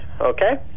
okay